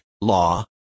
law